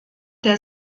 der